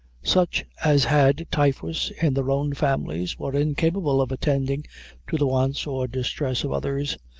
such as had typhus in their own families were incapable of attending to the wants or distress of others,